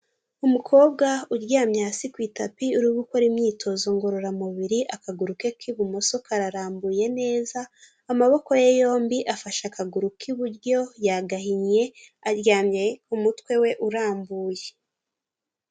Umukobwa uryamye hasi ku itapi uri gukora imyitozo ngororamubiri akaguru ke k'ibumoso kararambuye neza, amaboko ye yombi afashe akaguru k'iburyo yagahinye aryamye umutwe we urambuye.